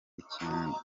ikintu